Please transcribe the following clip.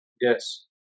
yes